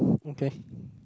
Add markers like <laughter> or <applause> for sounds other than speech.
<breath> okay